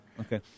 Okay